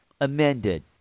amended